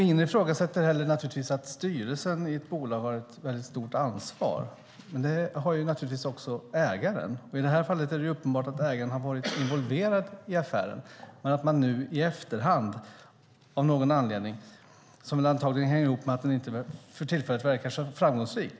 Ingen ifrågasätter att styrelsen i ett bolag har ett stort ansvar. Men det har givetvis också ägaren. I detta fall är det uppenbart att ägaren har varit involverad i affären men att man nu i efterhand inte vill låtsas om det eller ta ansvaret. Det kan hänga ihop med att affären för tillfället inte verkar så framgångsrik.